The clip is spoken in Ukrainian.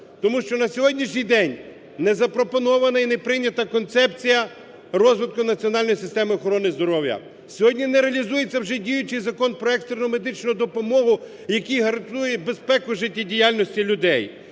Тому що на сьогоднішній день не запропонована і не прийнята Концепція розвитку національної системи охорони здоров'я. Сьогодні не реалізується вже діючий Закон про екстрену медичну допомогу, який гарантує безпеку життєдіяльності людей.